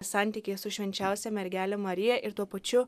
santykyje su švenčiausia mergele marija ir tuo pačiu